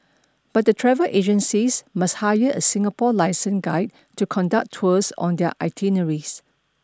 but the travel agencies must hire a Singapore licensed guide to conduct tours on their itineraries